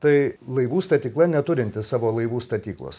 tai laivų statykla neturinti savo laivų statyklos